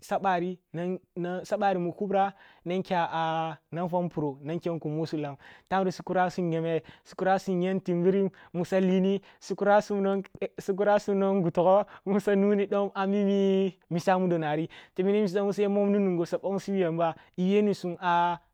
saban saban mu kubra ning kya nan kyan npuro nan kyan kum woh su lam tawuri su kura sum nyeme. Su kurasum nyem timbinon boh sa lini boh su kura sum nong-su kura sum nong ghu togho musa nuni dom ammi misa mudo nari timmini siya momni nungho sa bongsi bi yamba i yuwe ni su